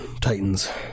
Titans